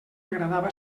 agradava